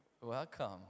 Welcome